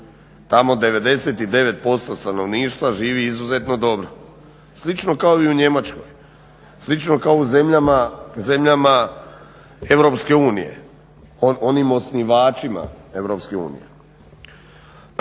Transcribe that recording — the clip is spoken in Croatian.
Tamo 99% stanovništva živi izuzetno dobro, slično kao i u Njemačkoj, slično kao u zemljama EU, onim osnivačima EU. No evo ja